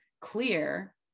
clear